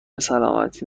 سلامتی